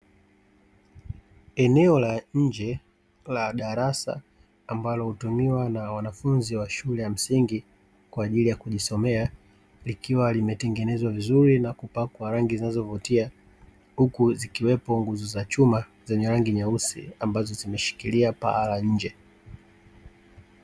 Eneo la nje la darasa ambalo hutumiwa na wanafunzi wa shule ya msingi kwa ajili ya kujisomea. Likiwa limetengenezwa vizuri na kupakwa rangi zinazovutia, huku zikiwepo nguzo za chuma zenye rangi nyeusi ambazo zimeshikilia paa la nje.